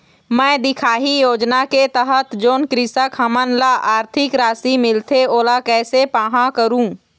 मैं दिखाही योजना के तहत जोन कृषक हमन ला आरथिक राशि मिलथे ओला कैसे पाहां करूं?